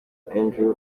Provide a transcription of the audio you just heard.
andrew